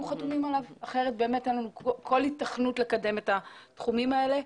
יהיו חתומים עליו כי אחרת אין לנו כל ייתכנות לקדם את התחומים האלה.